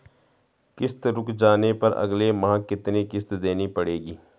किश्त रुक जाने पर अगले माह कितनी किश्त देनी पड़ेगी?